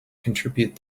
contribute